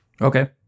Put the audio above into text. Okay